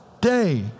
Day